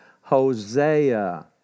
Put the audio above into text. Hosea